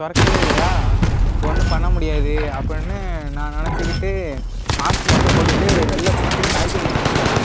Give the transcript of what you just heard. திறக்கவே இல்லையா ஒன்றும் பண்ண முடியாது அப்புடின்னு நான் நினச்சிக்கிட்டு மாஸ்க் மட்டும் போட்டுகிட்டு வெளியில் போயிட்டு காய்கறி வாங்கிட்டு வரன்